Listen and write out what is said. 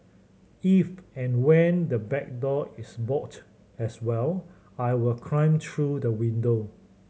if and when the back door is bolted as well I will climb through the window